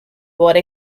about